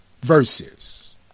Verses